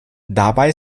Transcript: dabei